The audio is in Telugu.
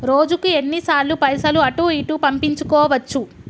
రోజుకు ఎన్ని సార్లు పైసలు అటూ ఇటూ పంపించుకోవచ్చు?